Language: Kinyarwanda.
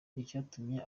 icyatumye